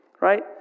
right